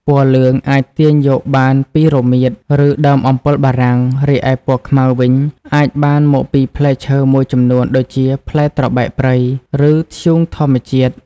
ពណ៌លឿងអាចទាញយកបានពីរមៀត ឬដើមអំពិលបារាំង រីឯពណ៌ខ្មៅវិញអាចបានមកពីផ្លែឈើមួយចំនួនដូចជាផ្លែត្របែកព្រៃ ឬធ្យូងធម្មជាតិ។